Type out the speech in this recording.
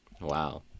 Wow